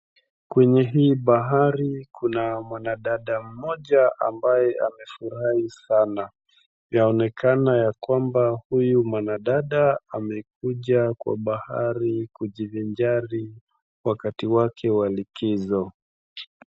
Kwenye hii bahari kuna mwana dada mmoja ambaye amefurahi sana yaonekana ya kwamba huyu mwana dada amekuja kwa bahari kujivinjari wakati wake wa likizo.